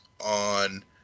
on